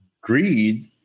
greed